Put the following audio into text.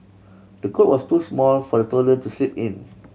the cot was too small for the toddler to sleep in